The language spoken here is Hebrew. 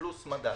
פלוס מדד.